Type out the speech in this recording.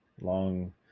long